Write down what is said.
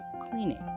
cleaning